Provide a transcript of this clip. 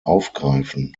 aufgreifen